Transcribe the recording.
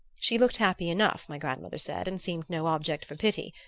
she looked happy enough, my grandmother said, and seemed no object for pity.